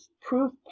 proof